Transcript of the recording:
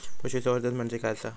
पशुसंवर्धन म्हणजे काय आसा?